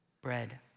bread